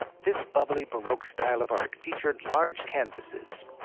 this bubbly baroque style of art featured large canvases.